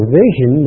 vision